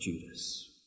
Judas